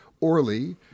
Orly